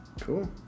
Cool